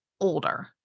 older